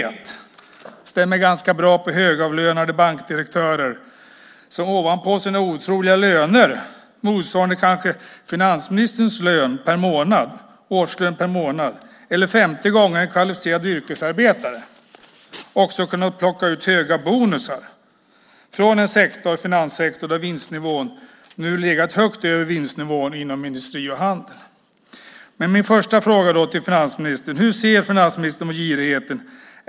Det stämmer ganska bra in på högavlönade bankdirektörer som ovanpå sina otroliga löner, motsvarande kanske finansministerns årslön per månad eller 50 gånger en kvalificerad yrkesarbetares lön, också har kunnat plocka ut höga bonusar från en finanssektor där vinstnivån nu legat högt över vinstnivån inom industri och handel. Min första fråga till finansministern är: Hur ser finansministern på girigheten?